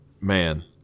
man